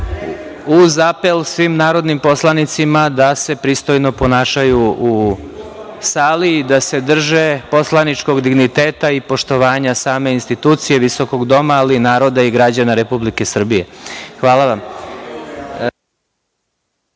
uz apel svim narodnim poslanicima da se pristojno ponašaju u sali i da se drže poslaničkog digniteta i poštovanja same institucije visokog doma, ali i naroda i građana Republike Srbije. Hvala